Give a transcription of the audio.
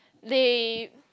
they